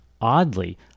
Oddly